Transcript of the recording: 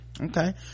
Okay